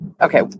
okay